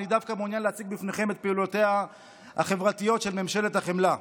אני דווקא מעוניין להציג בפניכם את פעולותיה החברתיות של ממשלת החמלה.